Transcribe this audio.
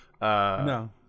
No